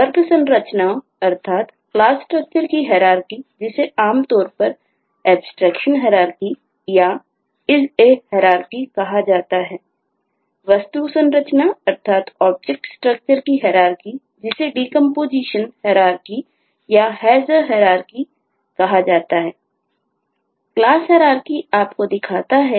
वर्ग संरचनाओंक्लास स्ट्रक्चर दिखाता है